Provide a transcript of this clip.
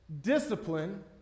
discipline